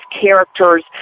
characters